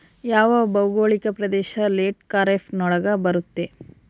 ಯಾವ ಭೌಗೋಳಿಕ ಪ್ರದೇಶ ಲೇಟ್ ಖಾರೇಫ್ ನೊಳಗ ಬರುತ್ತೆ?